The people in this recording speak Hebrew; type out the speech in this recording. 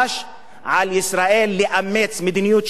על ישראל לאמץ מדיניות של שלום,